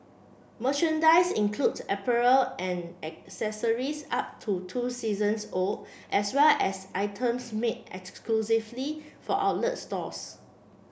merchandise includes apparel and accessories up to two seasons old as well as items made exclusively for outlets stores